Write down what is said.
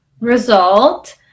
result